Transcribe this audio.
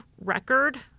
record